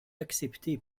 acceptées